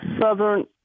southern